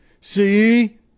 see